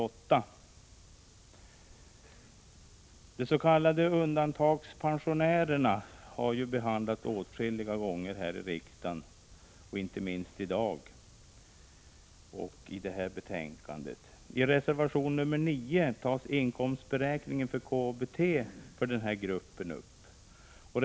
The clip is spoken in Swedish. Frågan om de s.k. undantagandepensionärerna har behandlats åtskilliga gånger här i riksdagen — och inte minst i dagens debatt med anledning av detta betänkande. I reservation nr 9 tar man upp frågan om inkomstberäkningen för KBT när det gäller den här gruppen pensionärer.